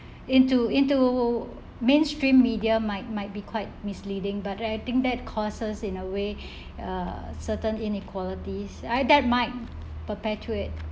into into mainstream media might might be quite misleading but I think that causes in a way a certain inequalities I that might perpetuate